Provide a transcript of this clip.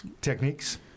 techniques